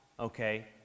okay